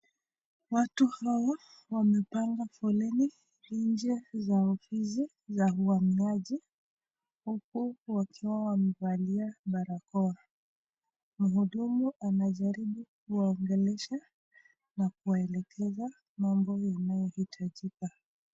Watu hawa wamepanga foleni nje za ofisi za uwaniaji, huku wakiwa wamevalia barakoa. Mhudumu anajaribu kuwaongelesha na kuwaelekeza mambo yanayohitajika.